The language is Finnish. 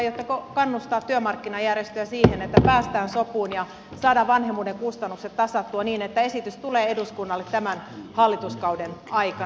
aiotteko kannustaa työmarkkinajärjestöjä siihen että päästään sopuun ja saadaan vanhemmuuden kustannukset tasattua niin että esitys tulee eduskunnalle tämän hallituskauden aikana